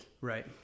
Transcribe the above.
Right